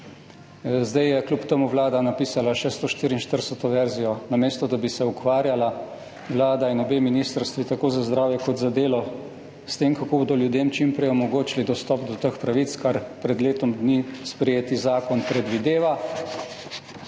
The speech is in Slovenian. Zdaj je kljub temu Vlada napisala še 144. verzijo. Namesto da bi se ukvarjala, Vlada in obe ministrstvi, tako za zdravje kot za delo, s tem, kako bodo ljudem čim prej omogočili dostop do teh pravic, kar pred letom dni sprejeti zakon predvideva,